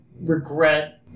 regret